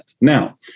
Now